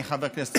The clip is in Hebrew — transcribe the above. אני חבר כנסת,